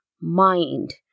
mind